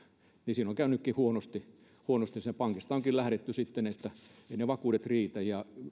siinä onkin käynyt huonosti huonosti pankista onkin lähdetty sitten kun eivät ne vakuudet riitä